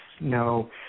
no